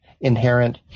inherent